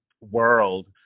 world